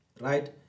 Right